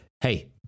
hey